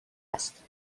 است